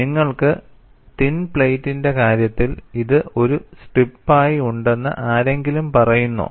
നിങ്ങൾക്ക് തിൻ പ്ലേറ്റിന്റെ കാര്യത്തിൽ ഇത് ഒരു സ്ട്രിപ്പായി ഉണ്ടെന്ന് ആരെങ്കിലും പറയുന്നോ